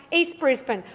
east brisbane,